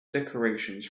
decorations